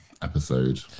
episode